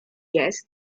jest